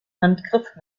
handgriff